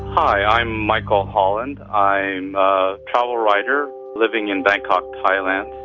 i'm michael holland. i'm a travel writer, living in bangkok, thailand.